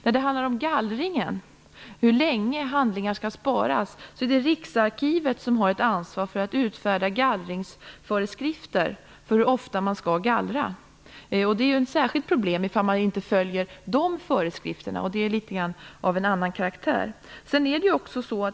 När det handlar om gallringen, hur länge handlingar skall sparas, har Riksarkivet ansvaret för att utfärda föreskrifter om hur ofta man skall gallra. Det är ett särskilt problem om man inte följer de föreskrifterna. Det är litet grand av en annan karaktär.